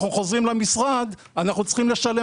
אנחנו חוזרים למשרד ואנחנו צריכים לשלם